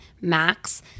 max